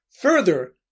Further